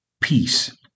peace